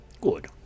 Good